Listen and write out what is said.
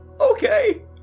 Okay